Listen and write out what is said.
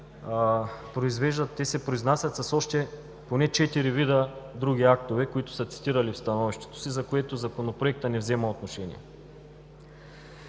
те се произнасят с още поне четири вида други актове, които са цитирани в становището, за което Законопроектът не взема отношение.